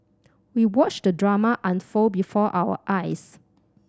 we watched the drama unfold before our eyes